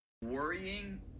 worrying